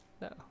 No